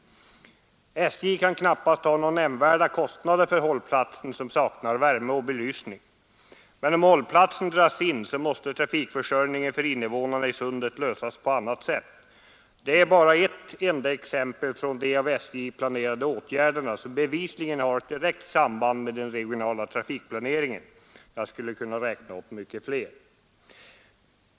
SJ kan knappast ha några nämnvärda kostnader för hållplatsen, som saknar värme och belysning. Men om hållplatsen dras in måste trafikförsörjningen för invånarna i Sundet lösas på annat sätt. Detta är bara ett enda exempel på av SJ planerade åtgärder, som bevisligen har ett direkt samband med den regionala trafikplaneringen. Jag skulle kunna räkna upp många fler.